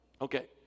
Okay